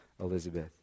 Elizabeth